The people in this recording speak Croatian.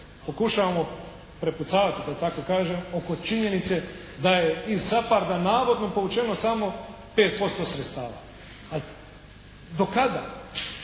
pokušavamo prepucavati da tako kažem oko činjenica da je iz SAPARD-a navodno povučeno samo 5% sredstava. A do kada?